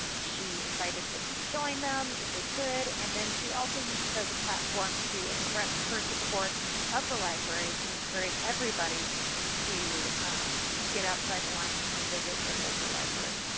she invited folks to join them if they could, and then she also used it as a platform to express her support of the library and encourage everybody to get outside the lines and visit their local library.